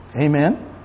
Amen